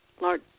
Lord